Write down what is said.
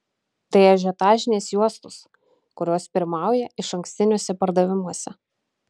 tai ažiotažinės juostos kurios pirmauja išankstiniuose pardavimuose